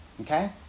okay